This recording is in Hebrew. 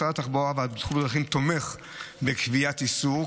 משרד התחבורה והבטיחות בדרכים תומך בקביעת איסור,